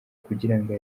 kugirango